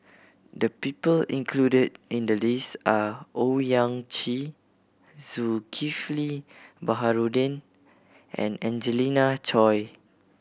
the people included in the list are Owyang Chi Zulkifli Baharudin and Angelina Choy